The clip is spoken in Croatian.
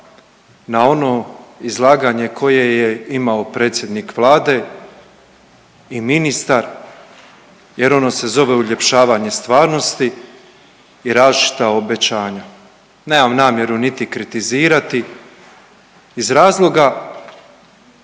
na ono izlaganje koje je imao predsjednik Vlade i ministar jer ono se zove uljepšavanje stvarnosti i različita obećanja. Nemam namjeru niti kritizirati iz razloga